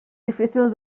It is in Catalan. difícil